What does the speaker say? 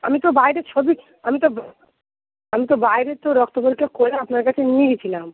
আমি তো বাইরে ছবি আমি তো আমি তো বাইরে তো রক্ত পরীক্ষা করে আপনার কাছে নিয়ে গেছিলাম